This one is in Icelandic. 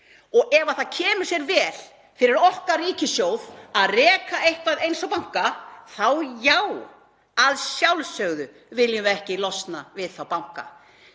Ef það kemur sér vel fyrir okkar ríkissjóð að reka eitthvað eins og banka viljum við að sjálfsögðu ekki losna við þá banka.